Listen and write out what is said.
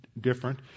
different